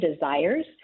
desires